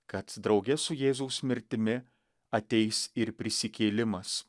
kad drauge su jėzaus mirtimi ateis ir prisikėlimas